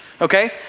okay